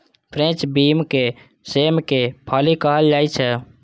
French bean के सेमक फली कहल जाइ छै